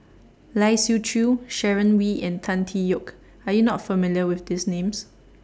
Lai Siu Chiu Sharon Wee and Tan Tee Yoke Are YOU not familiar with These Names